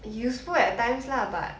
useful at times lah but